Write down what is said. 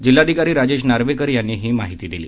जिल्हाधिकारी राजेश नार्वेकर यांनी ही माहिती दिली